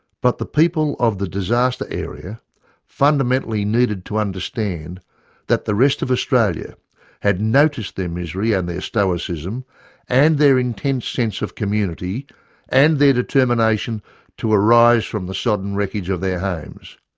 but the people of the disaster area fundamentally needed to understand that the rest of australia had noticed their misery and their stoicism and their intense sense of community and determination to arise from the sodden wreckage of their homes,